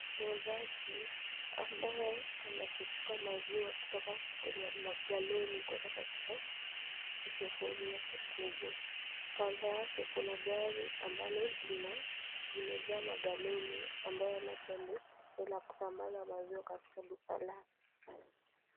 Muuzaji ambaye anachuchuka maziwa kutuka kwenye galoni na kuweka katika kisufuria kikubwa. Kando yake, kuna gari ambalo limejaa magaloni ambayo labda ni la kusambaza maziwa katika duka lake.